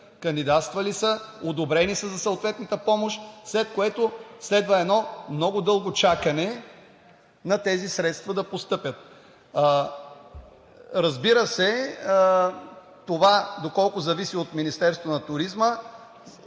кандидатствали са, одобрени са за съответната помощ, след което следва много дълго чакане тези средства да постъпят. Разбира се, доколко това зависи от Министерството на туризма